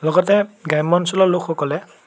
লগতে গ্ৰাম্য অঞ্চলৰ লোকসকলে